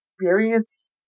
experience